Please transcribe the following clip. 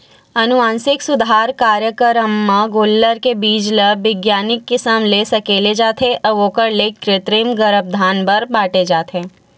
अनुवांसिक सुधार कारयकरम म गोल्लर के बीज ल बिग्यानिक किसम ले सकेले जाथे अउ ओखर ले कृतिम गरभधान बर बांटे जाथे